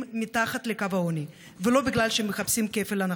מתחת לקו העוני ולא בגלל שהם מחפשים כפל הנחות.